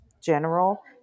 general